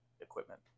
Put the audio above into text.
equipment